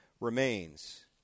remains